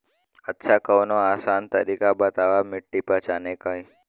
अच्छा कवनो आसान तरीका बतावा मिट्टी पहचाने की?